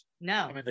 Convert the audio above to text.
No